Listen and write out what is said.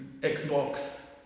Xbox